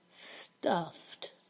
stuffed